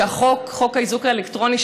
שחוק האיזוק האלקטרוני,